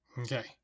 okay